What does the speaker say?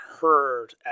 heard